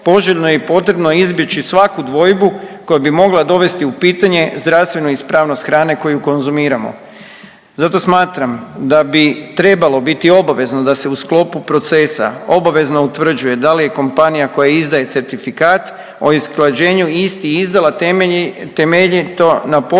poželjno je i potrebno izbjeći svaku dvojbu koja bi mogla dovesti u pitanje zdravstvenu ispravnost hrane koju konzumiramo. Zato smatram da bi trebalo biti obavezno da se u sklopu procesa obavezno utvrđuje da li je kompanija koja izdaje certifikat o usklađenju isti izdala temeljito na potpunom